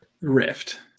Rift